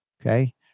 okay